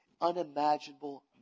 unimaginable